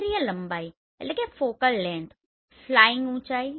કેન્દ્રીય લંબાઈફલાઈંગ ઉંચાઈ